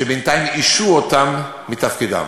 שבינתיים השעו אותם מתפקידם.